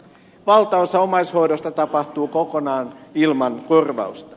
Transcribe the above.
valtaosa omaishoidosta tapahtuu kokonaan ilman korvausta